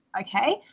Okay